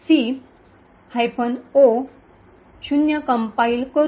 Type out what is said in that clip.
C O 0 compile करु